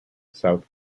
south